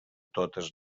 totes